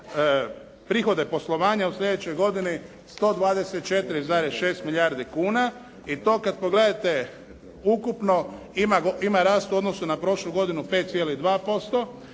prihode poslovanja u sljedećoj godini 124,6 milijardi kuna. I to kad pogledate ukupno ima rast u odnosu na prošlu godinu 5,2%.